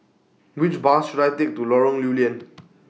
Which Bus should I Take to Lorong Lew Lian